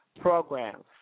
programs